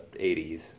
80s